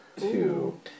Two